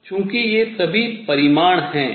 चूँकि ये सभी परिमाण हैं